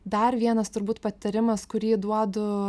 dar vienas turbūt patarimas kurį duodu